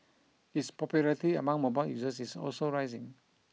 its popularity among mobile users is also rising